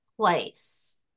place